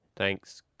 Thanks